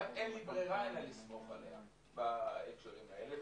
כמעט אין לי ברירה אלא לסמוך עליה בהקשרים האלה.